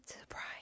surprise